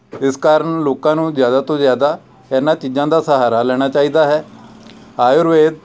ਇਸ ਕਾਰਨ ਲੋਕਾਂ ਨੂੰ ਜ਼ਿਆਦਾ ਤੋਂ ਜ਼ਿਆਦਾ ਇਹਨਾਂ ਚੀਜ਼ਾਂ ਦਾ ਸਹਾਰਾ ਲੈਣਾ ਚਾਹੀਦਾ ਹੈ ਆਯੁਰਵੇਦ